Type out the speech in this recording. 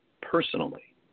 personally